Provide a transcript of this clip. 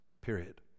period